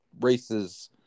races